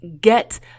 get